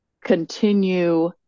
continue